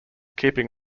keeping